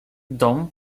dom